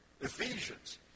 Ephesians